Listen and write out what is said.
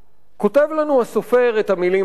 כותב לנו הסופר את המלים האלה: